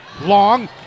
long